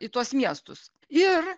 į tuos miestus ir